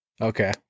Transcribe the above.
Okay